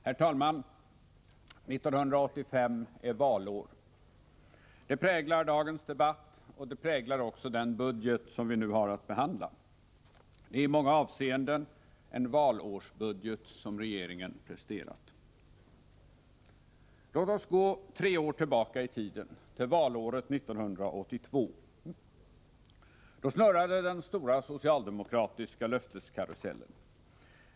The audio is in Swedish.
Herr talman! 1985 är valår. Det präglar dagens debatt, och det präglar också den budget som vi nu har att behandla. Det är i många avseenden en valårsbudget som regeringen presenterat. Låt oss gå tre år tillbaka i tiden till valåret 1982. Då snurrade den stora socialdemokratiska löfteskarusellen.